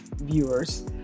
viewers